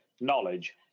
knowledge